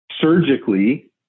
surgically